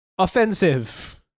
offensive